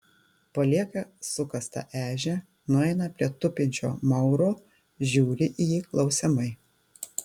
palieka sukastą ežią nueina prie tupinčio mauro žiūri į jį klausiamai